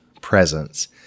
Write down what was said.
presence